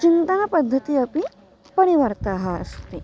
चिन्तनपद्धति अपि परिवर्तितः अस्ति